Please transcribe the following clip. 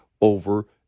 over